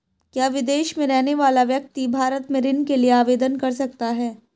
क्या विदेश में रहने वाला व्यक्ति भारत में ऋण के लिए आवेदन कर सकता है?